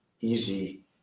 easy